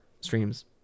streams